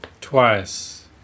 Twice